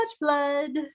blood